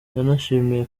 yanashimiye